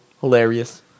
Hilarious